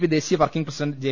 P ദേശീയ working president J